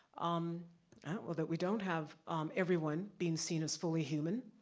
um or that we don't have everyone being seen as fully human,